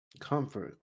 Comfort